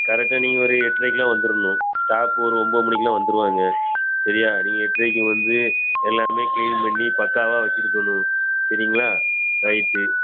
கரெக்டாக நீங்கள் ஒரு எட்டரைக்குலாம் வந்துடணும் ஸ்டாஃப் ஒரு ஒம்பது மணிக்கெலாம் வந்துடுவாங்க சரியா நீங்கள் எட்டரைக்கு இங்கே வந்து எல்லாமே க்ளீன் பண்ணி பக்காவாக வச்சுருக்கணும் சரிங்களா ரைட்டு